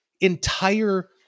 entire